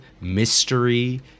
mystery